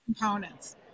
components